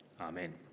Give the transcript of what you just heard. Amen